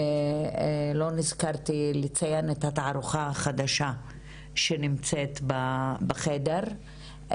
לא נזכרתי לציין את התערוכה החדשה שנמצאת פה בחדר,